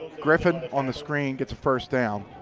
griffin on the screen gets a first down.